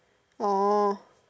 oh